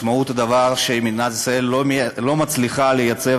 משמעות הדבר שמדינת ישראל לא מצליחה לייצר